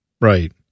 Right